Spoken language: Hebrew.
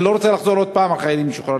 אני לא רוצה לחזור עוד פעם על "חיילים משוחררים",